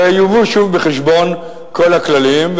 ויובאו שוב בחשבון כל הכללים.